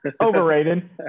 overrated